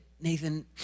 Nathan